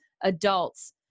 adults